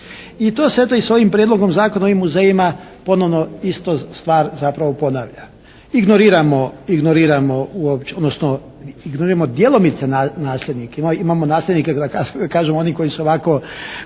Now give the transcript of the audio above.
I to se eto i s ovim Prijedlogom zakona o ovim muzejima ponovno isto, stvar zapravo ponavlja. Ignoriramo, ignoriramo odnosno ignoriramo djelomice nasljednike. Imamo nasljednike da kažemo oni koji su ovako,